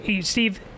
Steve